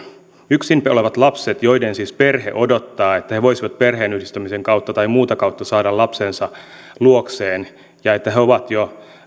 yksin olevat lapset joiden perhe siis odottaa että he voisivat perheenyhdistämisen kautta tai muuta kautta saada lapsensa luokseen ja että he ovat jo